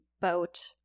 boat